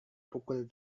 pukul